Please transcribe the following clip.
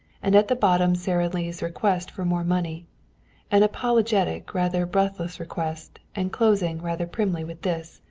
and at the bottom sara lee's request for more money an apologetic, rather breathless request, and closing, rather primly with this